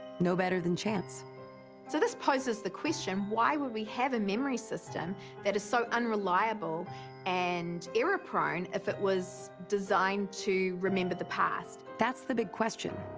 no better than chance. addis so this poses the question why would we have a memory system that is so unreliable and error prone if it was designed to remember the past? that's the big question.